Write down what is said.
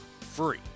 free